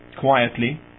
quietly